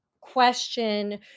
question